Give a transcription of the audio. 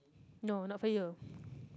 no not for you